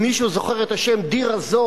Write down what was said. ואם מישהו זוכר את השם דיר-א-זור,